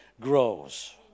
grows